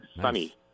sunny